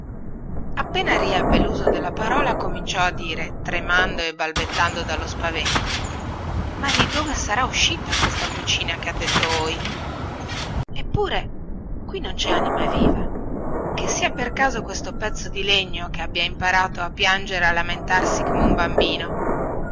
appena riebbe luso della parola cominciò a dire tremando e balbettando dallo spavento ma di dove sarà uscita questa vocina che ha detto ohi eppure qui non cè anima viva che sia per caso questo pezzo di legno che abbia imparato a piangere e a lamentarsi come un bambino